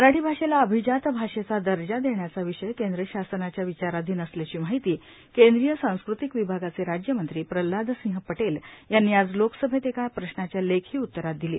मराठी भाषेला अभिजात भाषेचा दर्जा देण्याचा विषय केंद्र शासनाच्या विचाराधीन असल्याची माहिती केंद्रीय सांस्कृतिक विभागाचे राज्यमंत्री प्रल्हाद सिंह पटेल यांनी आज लोकसभेत एका प्रश्नाच्या लेखी उत्तरात दिली